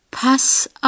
Pass